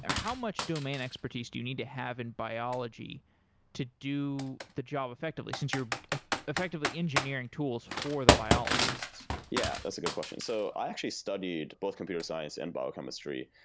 how much domain expertise do you need to have in biology to do the job effectively, since you're effectively engineering tools for the biologists? yeah, that's a good question. so i actually studied both computer science and biochemistry,